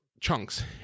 chunks